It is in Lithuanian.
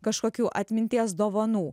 kažkokių atminties dovanų